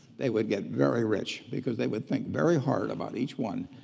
they would get very rich because they would think very hard about each one.